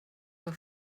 were